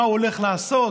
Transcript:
מה הוא הולך לעשות?